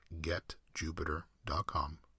getjupiter.com